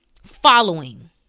following